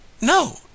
No